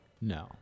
No